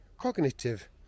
cognitive